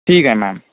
ठीक आहे मॅम